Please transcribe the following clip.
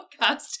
podcast